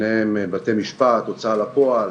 ביניהם בתי משפט, הוצאה לפועל,